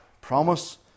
promise